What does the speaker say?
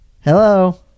Hello